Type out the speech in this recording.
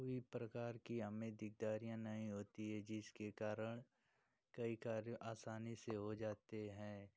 कोई प्रकार की हमें दिकदारियाँ नहीं होती है जिसके कारण कई कार्य आसानी से हो जाते हैं